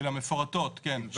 של המפורטות, כן.